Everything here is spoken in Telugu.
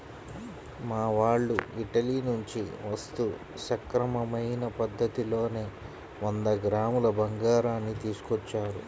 మా వాళ్ళు ఇటలీ నుంచి వస్తూ సక్రమమైన పద్ధతిలోనే వంద గ్రాముల బంగారాన్ని తీసుకొచ్చారు